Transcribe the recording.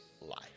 life